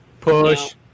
Push